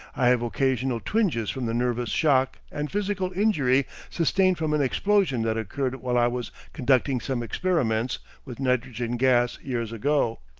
i have occasional twinges from the nervous shock and physical injury sustained from an explosion that occurred while i was conducting some experiments with nitrogen gas years ago.